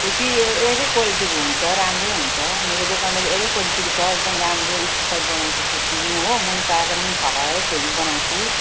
छर्पी ए एकै क्वालिटीको हुन्छ राम्रै हुन्छ मेरो दोकानमा चाहिँ एउटै क्वालिटीको छ एकदम राम्रो स्पेसियल बनाउँछु छुर्पी म हो मही पारेर मही फटाएर छुर्पी बनाउँछु